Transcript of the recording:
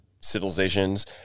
civilizations